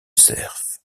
cerf